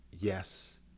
Yes